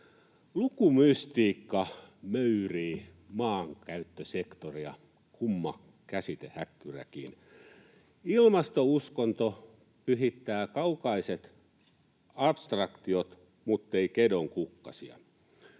Lukumystiikka möyrii maankäyttösektoria — kumma käsitehäkkyräkin. Ilmastouskonto pyhittää kaukaiset abstraktiot, muttei kedon kukkasia.